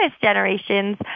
generation's